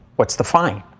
what's the fine?